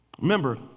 Remember